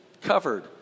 covered